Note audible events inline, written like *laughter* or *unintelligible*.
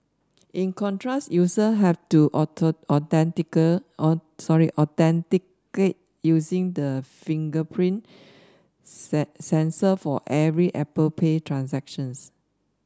in contrast user have to *unintelligible* sorry authenticate using the fingerprint *unintelligible* sensor for every Apple Pay transactions